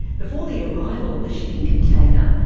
before the arrival of the shipping container,